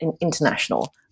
international